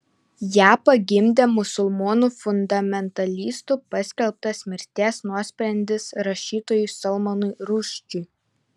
ją pagimdė musulmonų fundamentalistų paskelbtas mirties nuosprendis rašytojui salmanui rušdžiui